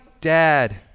dad